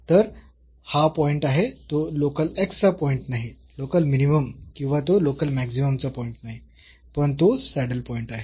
तर हा पॉईंट आहे तो लोकल x चा पॉईंट नाही लोकल मिनिमम किंवा तो लोकल मॅक्सिममचा पॉईंट नाही पण तो सॅडल पॉईंट आहे